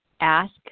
ask